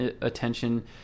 attention